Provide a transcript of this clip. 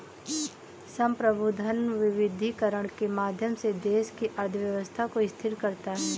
संप्रभु धन विविधीकरण के माध्यम से देश की अर्थव्यवस्था को स्थिर करता है